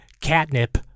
catnip